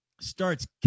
starts